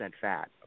fat